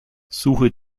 suche